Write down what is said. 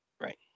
Right